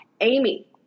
Amy